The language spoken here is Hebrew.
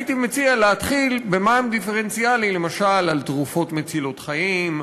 הייתי מציע להתחיל במע"מ דיפרנציאלי למשל על תרופות מצילות חיים,